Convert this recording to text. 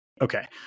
Okay